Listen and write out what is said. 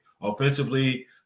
offensively